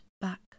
back